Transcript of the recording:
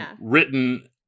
written